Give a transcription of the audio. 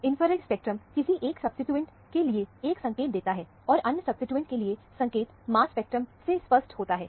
infrared spectrum किसी एक substituent के लिए एक संकेत देता है और अन्य सब्सीट्यूएंट के लिए संकेत मास स्पेक्ट्रम से स्पष्ट होता है